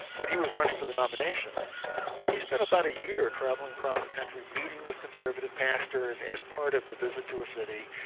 when he was running for the nomination he spent about a year travelling across the country, meeting with conservative pastors as part of the visit to a city,